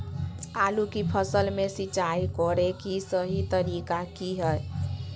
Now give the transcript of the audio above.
आलू की फसल में सिंचाई करें कि सही तरीका की हय?